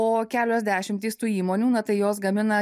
o kelios dešimtys tų įmonių na tai jos gamina